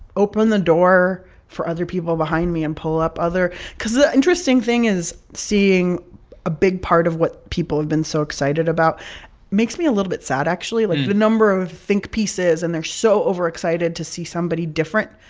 open the door for other people behind me and pull up other because the interesting thing is seeing a big part of what people been so excited about makes me a little bit sad, actually. like, the number of think pieces and they're so over-excited to see somebody different.